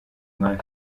umwami